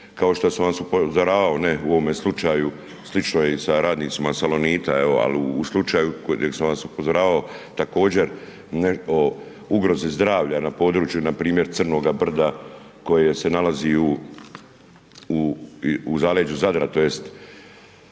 Kao što sam vas upozoravao ne u ovome slučaju, slično je i sa radnicima Salonita evo ali u slučaju gdje sam vas upozoravao također ugroze zdravlja na području npr. Crnoga brda koje se nalazi u zaleđu Zadra, tj.